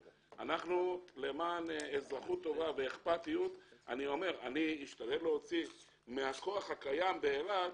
למען אזרחות טובה ואכפתיות אני אשתדל להוציא מהכוח הקיים באילת